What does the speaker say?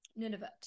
Nunavut